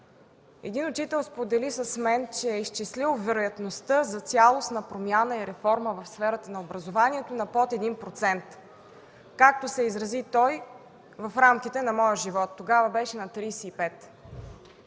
един учител сподели с мен, че е изчислил вероятността за цялостна промяна и реформа в сферата на образованието на под 1%, както се изрази той: „в рамките на моя живот”. Тогава беше на 35.